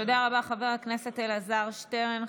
תודה רבה, חבר הכנסת אלעזר שטרן.